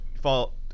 fall